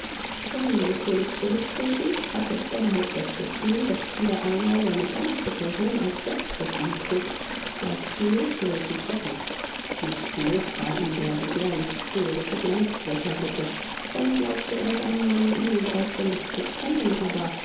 unwillkürlich zurücktretend hatte stanhope das gefühl daß hier einer seine ganze person als werkzeug antrug gleichviel zu welchen zwecken nichts neues war ihm der begehrlich streberische glanz solcher blicke schon glaubte er seinen mann in und auswendig zu kennen aber